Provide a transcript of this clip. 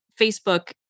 Facebook